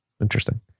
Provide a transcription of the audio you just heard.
Interesting